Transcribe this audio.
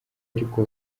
ariko